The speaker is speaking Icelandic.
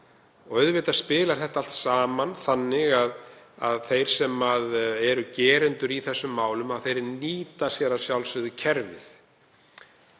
Auðvitað spilar þetta allt saman þannig að þeir sem eru gerendur í þessum málum nýta sér kerfið, að sjálfsögðu.